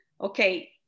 okay